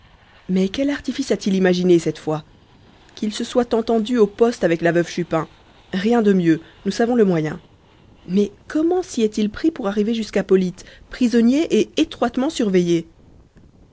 mais quel artifice a-t-il imaginé cette fois qu'il se soit entendu au poste avec la veuve chupin rien de mieux nous savons le moyen mais comment s'y est-il pris pour arriver jusqu'à polyte prisonnier et étroitement surveillé